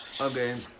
Okay